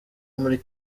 muri